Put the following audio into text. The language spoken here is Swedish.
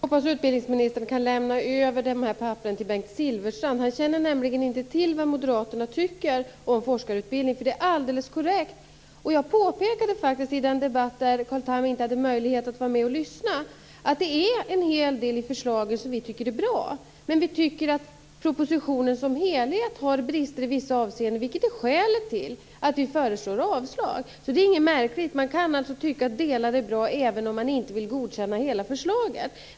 Fru talman! Utbildningsministern kan lämna över de där papperen till Bengt Silfverstrand. Han känner nämligen inte till vad moderaterna tycker om forskarutbildning. Jag påpekade under den debatt då Carl Tham inte hade möjlighet att lyssna att det är en hel del i förslaget som är bra, men att vi tycker att propositionen som helhet har brister i vissa avseenden, vilket är skälet till att vi föreslår avslag. Det är inget märkligt. Man kan alltså tycka att delar är bra även om man inte vill godkänna hela förslaget.